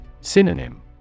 Synonym